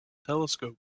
telescope